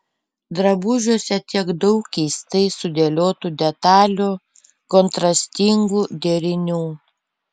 drabužiuose tiek daug keistai sudėliotų detalių kontrastingų derinių